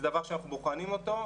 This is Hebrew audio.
זה דבר שאנחנו בוחנים אותו.